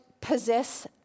possess